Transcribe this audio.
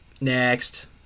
Next